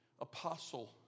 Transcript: Apostle